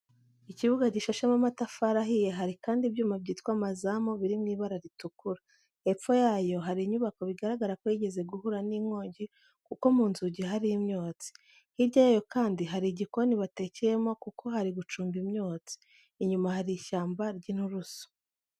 Ikibuga gishashemo amatafari ahiye, hari kandi ibyuma byitwa amazamu biri mu ibara ritukura. Hepfo yayo hari inyubako bigaragara ko yigeze guhura n'inkongi kuko mu nzugi hari imyotsi. Hirya yayo kandi hari igikoni batekeyemo kuko hari gucumba imyotsi. Inyuma hari ishyamba ry'inturusu.